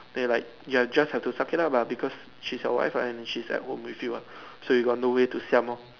then you like you are just have to suck it up lah because she's your wife lah and then she's at home with you ah so you got no way to siam lor